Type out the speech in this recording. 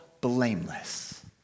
blameless